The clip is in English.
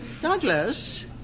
Douglas